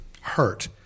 hurt